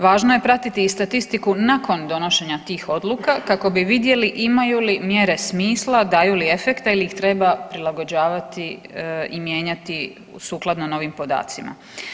Važno je pratiti i statistiku nakon donošenja tih odluka kako bi vidjeli imaju li mjere smisla, daju li efekta ili ih treba prilagođavati i mijenjati sukladno novim podacima.